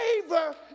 favor